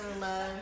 love